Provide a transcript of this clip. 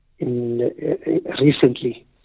recently